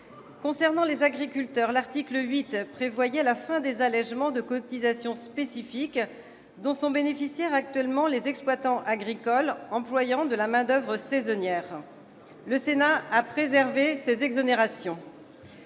concerne les agriculteurs, l'article 8 prévoyait la fin des allégements de cotisations spécifiques dont sont bénéficiaires actuellement les exploitants agricoles employant de la main-d'oeuvre saisonnière. Le Sénat a préservé ces exonérations.